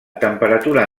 temperatura